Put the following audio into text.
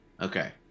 Okay